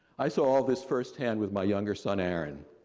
i saw this firsthand with my younger son, aaron,